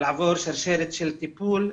לעבור שרשרת של טיפול,